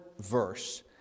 verse